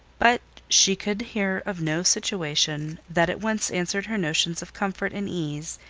but she could hear of no situation that at once answered her notions of comfort and ease,